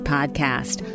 Podcast